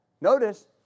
notice